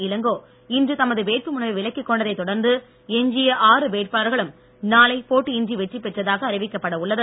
இளங்கோ இன்று தமது வேட்பு மனுவை விலக்கி கொண்டதை தொடர்ந்து எஞ்சிய ஆறு வேட்பாளர்களும் நாளை போட்டியின்றி வெற்றி பெற்றதாக அறிவிக்கப்பட உள்ளது